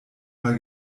mal